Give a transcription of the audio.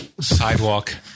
Sidewalk